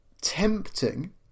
tempting